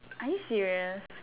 are you serious